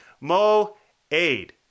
Mo-aid